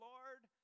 Lord